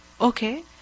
Okay